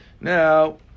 Now